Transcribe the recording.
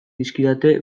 dizkidate